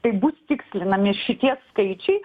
tai bus tikslinami šitie skaičiai